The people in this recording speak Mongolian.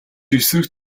эсрэг